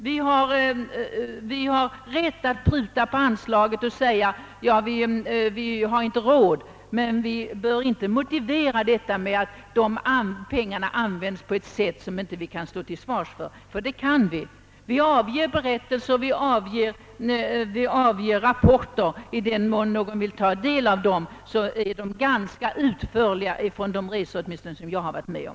Man har naturligtvis rätt att vilja pruta på anslaget och säga att vi inte har råd, men man bör inte motivera en sådan prutning med att pengarna används på ett sätt som vi inte kan stå till svars för, ty det kan vi. Vi avger rapporter. Den som vill ta del av dem skall finna att de är ganska utförliga, åtminstone beträffande de resor som jag har varit med om.